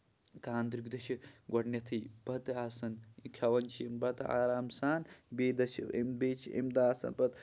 خانٛدرٕکۍ دۄہ چھِ گۄڈٕنیتھٕے بَتہٕ آسان کھیٚوان چھِ یِم بَتہٕ آرام سان بیٚیہِ دۄہ چھِ یِم بیٚیہِ چھُ اَمہِ دۄہ آسان پَتہٕ